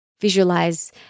visualize